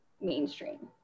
mainstream